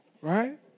right